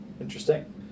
Interesting